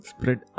Spread